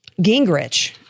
Gingrich